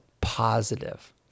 positive